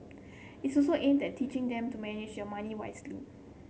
it's also aimed that teaching them to manage their money wisely